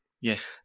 yes